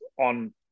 on